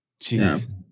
Jeez